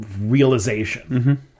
realization